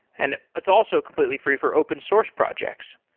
and it's also completely free for open source projects.